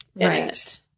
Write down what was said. right